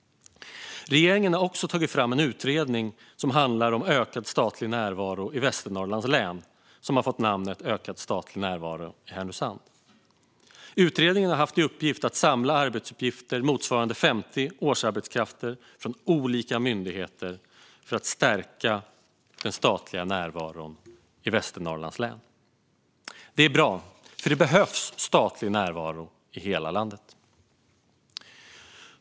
Regeringen har också tagit fram en utredning som handlar om ökad statlig närvaro i Västernorrlands län, med namnet Ökad statlig närvaro i Härnösand . Utredningen har haft i uppgift att samla arbetsuppgifter motsvarande 50 årsarbetskrafter från olika myndigheter för att stärka den statliga närvaron i Västernorrlands län. Det är bra, för det behövs statlig närvaro i hela landet.